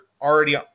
already